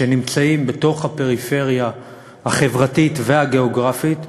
שנמצאים בפריפריה החברתית והגיאוגרפית,